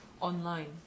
online